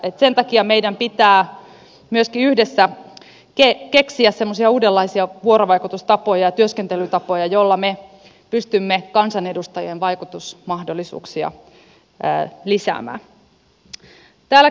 sen takia meidän pitää myöskin yhdessä keksiä semmoisia uudenlaisia vuorovaikutustapoja ja työskentelytapoja joilla me pystymme kansanedustajien vaikutusmahdollisuuksia lisäämään